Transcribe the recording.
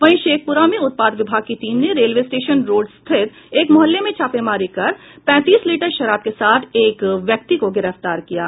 वहीं शेखपुरा में उत्पाद विभाग की टीम ने रेलवे स्टेशन रोड स्थित एक मोहल्ले में छापेमारी कर पैंतीस लीटर शराब के साथ एक व्यक्ति को गिरफ्तार किया है